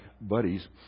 buddies